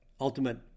ultimate